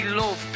love